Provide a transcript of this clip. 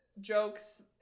Jokes